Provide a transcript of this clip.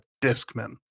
Discman